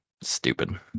stupid